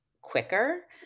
quicker